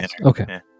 Okay